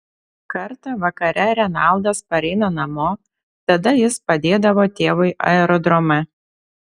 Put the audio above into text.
kartą vakare renaldas pareina namo tada jis padėdavo tėvui aerodrome